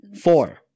Four